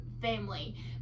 family